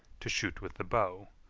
to shoot with the bow,